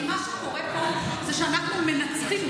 כי מה שקורה פה זה שאנחנו מנצחים,